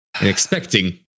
Expecting